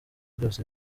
byose